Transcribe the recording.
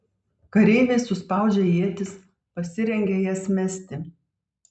kareiviai suspaudžia ietis pasirengia jas mesti